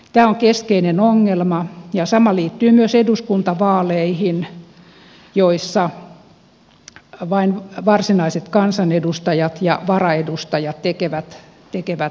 tämä on keskeinen ongelma ja sama liittyy myös eduskuntavaaleihin joissa vain varsinaiset kansanedustajat ja varaedustajat tekevät vaalirahoitusilmoituksen